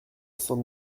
cent